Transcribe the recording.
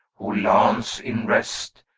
who lance in rest,